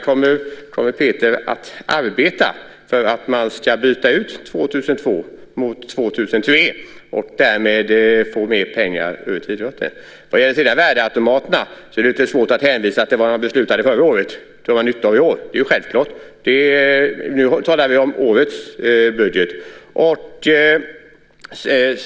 Kommer Peter att arbeta för att man ska byta ut 2002 mot 2003 och därmed få mer pengar till idrotten? Vad sedan gäller värdeautomaterna är det lite svårt att hänvisa till att vad man beslutade förra året drar man nytta av i år. Det är självklart. Nu talar vi om årets budget.